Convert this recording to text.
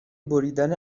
بریدن